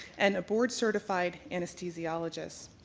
and a board certified anesthesiologist.